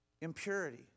impurity